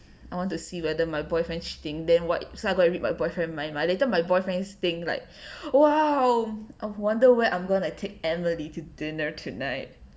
I want to see whether my boyfriend cheating then what i~ so I go read my boyfriend mind mah later my boyfriend staying like !wow! I wonder where I'm gonna take emily to dinner tonight